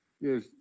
Yes